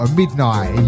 midnight